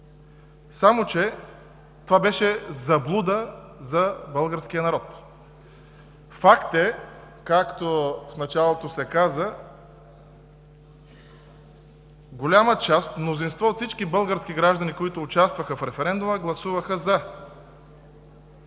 обаче беше заблуда за българския народ. Факт е, както в началото се каза, че голяма част, мнозинството от всички български граждани, които участваха в референдума, гласуваха „за“